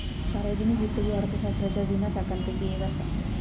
सार्वजनिक वित्त ही अर्थशास्त्राच्या जुन्या शाखांपैकी येक असा